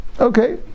Okay